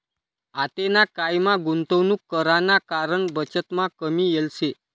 आतेना कायमा गुंतवणूक कराना कारण बचतमा कमी येल शे